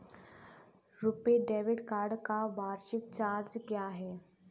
RuPay debit card का वार्षिक charge क्या है?